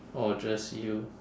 or just you